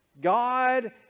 God